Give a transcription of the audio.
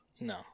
No